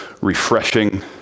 refreshing